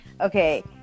Okay